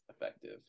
effective